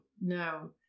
no